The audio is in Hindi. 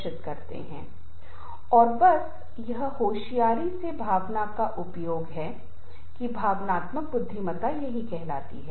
इसलिए काम करने वाले समूह में यह बहुत महत्वपूर्ण है कि संबंध बहुत मायने रखता है